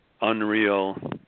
Unreal